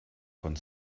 von